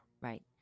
Right